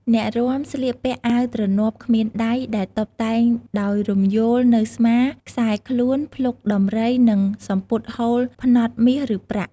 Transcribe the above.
អ្នករាំស្លៀកពាក់អាវទ្រនាប់គ្មានដៃ ដែលតុបតែងដោយរំយោលនៅស្មា ខ្សែខ្លួន ភ្លុកដំរី និងសំពត់ហូលផ្នត់មាស ឬប្រាក់។